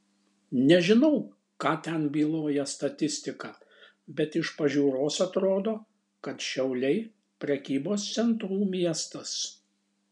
nežinau ką ten byloja statistika bet iš pažiūros atrodo kad šiauliai prekybos centrų miestas